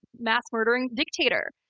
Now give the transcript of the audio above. mass-murdering dictator,